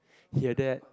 hear that